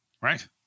Right